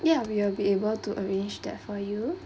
ya we'll be able to arrange that for you